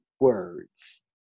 words